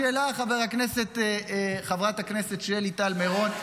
גם שלך, חברת הכנסת שלי טל מירון.